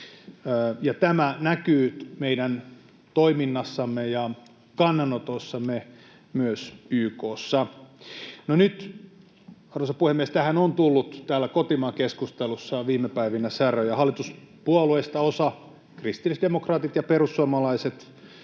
Tämä näkyy meidän toiminnassamme ja kannanotoissamme myös YK:ssa. Nyt, arvoisa puhemies, tähän on tullut täällä kotimaan keskustelussa viime päivinä säröjä. Hallituspuolueista osa — kristillisdemokraatit ja perussuomalaiset